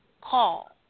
call